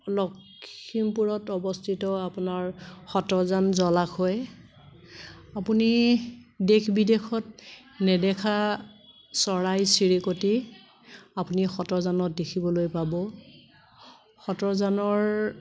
লখিমপুৰত অৱস্থিত আপোনাৰ জলাশয় আপুনি দেশ বিদেশত নেদেখা চৰাই চিৰিকটি আপুনি দেখিবলৈ পাব